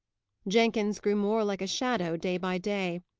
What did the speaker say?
jenkins grew more like a shadow day by day.